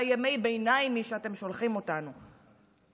והימי-ביניימי שאתם שולחים אותנו אליו.